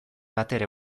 batere